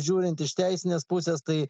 žiūrint iš teisinės pusės tai